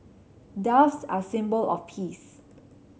doves are a symbol of peace